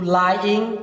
lying